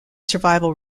survival